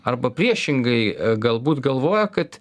arba priešingai galbūt galvoja kad